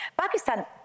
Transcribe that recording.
Pakistan